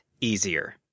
easier